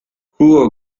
jugo